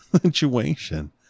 situation